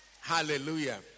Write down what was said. Hallelujah